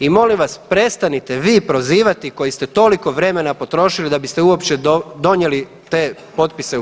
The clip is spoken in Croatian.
I molim vas prestanite vi prozivati koji ste toliko vremena potrošili da biste uopće donijeli te potpise u HS.